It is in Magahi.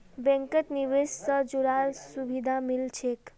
बैंकत निवेश से जुराल सुभिधा मिल छेक